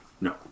No